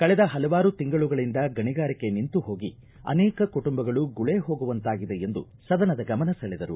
ಕಳೆದ ಹಲವಾರು ತಿಂಗಳುಗಳಿಂದ ಗಣಿಗಾರಿಕೆ ನಿಂತು ಹೋಗಿ ಅನೇಕ ಕುಟುಂಬಗಳು ಗುಳೆ ಹೋಗುವಂತಾಗಿದೆ ಎಂದು ಸದನದ ಗಮನ ಸೆಳೆದರು